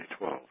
2012